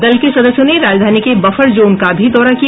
दल के सदस्यों ने राजधानी के बफर जोन का भी दौरा किया